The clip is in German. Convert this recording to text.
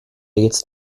jetzt